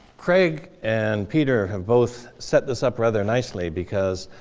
craig and peter have both set this up rather nicely, because